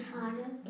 Father